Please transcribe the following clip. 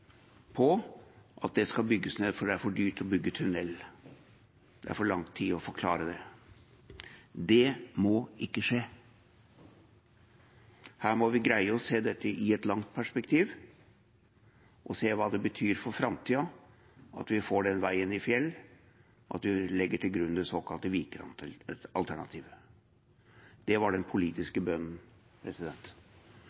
på at den skal bygges ned fordi det er for dyrt å bygge tunnel. Det tar for lang tid å forklare det. Det må ikke skje. Her må vi greie å se dette i et langt perspektiv og se hva det betyr for framtiden at vi får den veien i fjell, at vi legger til grunn det såkalte Vikeralternativet. Det var den